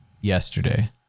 yesterday